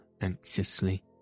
anxiously